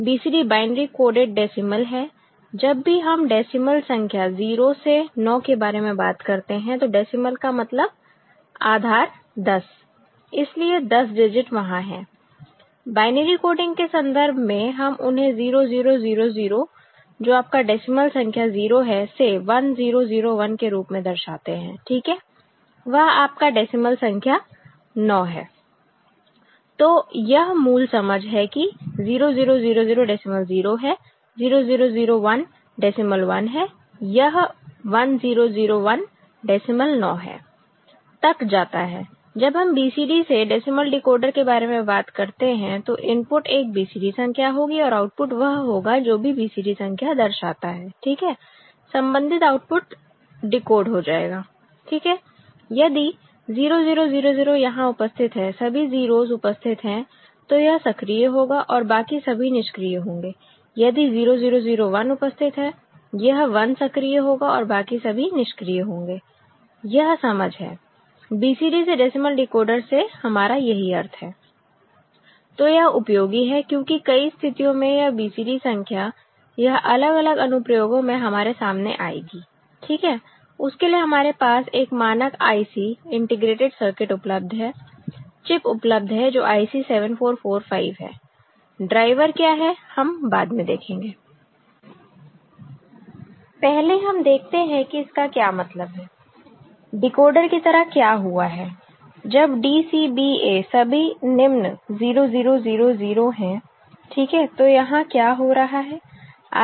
BCD binary coded decimal है जब भी हम डेसिमल संख्या 0 से 9 के बारे में बात करते हैं तो डेसिमल का मतलब आधार 10 इसलिए 10 डिजिट वहां है बायनरी कोडिंग के संदर्भ में हम उन्हें 0 0 0 0 जो आपका डेसिमल संख्या 0 है से 1 0 0 1 के रूप में दर्शाते हैं ठीक है वह आपका डेसिमल संख्या 9 है तो यह मूल समझ है कि 0 0 0 0 डेसिमल 0 है 0 0 0 1 डेसिमल 1 है यह 1 0 0 1 डेसिमल 9 है तक जाता है जब हम BCD से डेसिमल डिकोडर के बारे में बात करते हैं तो इनपुट एक BCD संख्या होगी और आउटपुट वह होगा जो भी BCD संख्या दर्शाता है ठीक है संबंधित आउटपुट डिकोड हो जाएगा ठीक है यदि 0 0 0 0 यहां उपस्थित है सभी 0's उपस्थित है तो यह सक्रिय होगा और बाकी सभी निष्क्रिय होंगे यदि 0 0 0 1 उपस्थित है यह 1 सक्रिय होगा और बाकी सभी निष्क्रिय होंगे यह समझ है BCD से डेसिमल डिकोडर से हमारा यही अर्थ है तो यह उपयोगी है क्योंकि कई स्थितियों में यह BCD संख्या यह अलग अलग अनुप्रयोगों में हमारे सामने आएगी ठीक है उसके लिए हमारे पास एक मानक IC इंटीग्रेटेड सर्किट उपलब्ध है चिप उपलब्ध है जो IC 7445 है ड्राइवर क्या है हम बाद में देखेंगे पहले हम देखते हैं कि इसका क्या मतलब है डिकोडर की तरह क्या हुआ है जब DCBA सभी निम्न 0 0 0 0 है ठीक है तो यहां क्या हो रहा है